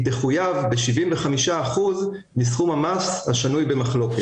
תחויב ב-75% מסכום המס השנוי במחלוקת.